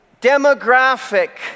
demographic